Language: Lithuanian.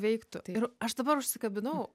veiktų ir aš dabar užsikabinau